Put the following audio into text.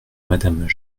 madame